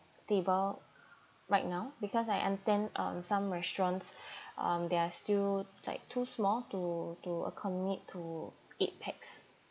table right now because I understand um some restaurants um they're still like too small to to accommodate to eight pax